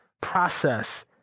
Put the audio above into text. process